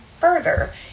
further